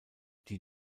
die